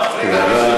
יפה מאוד.